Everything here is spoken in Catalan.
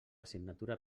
assignatura